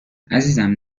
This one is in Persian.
عزیزم